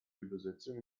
übersetzung